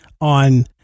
on